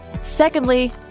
Secondly